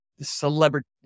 celebrity